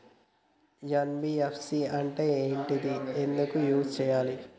NBFC అంటే ఏంటిది ఎందుకు యూజ్ చేయాలి?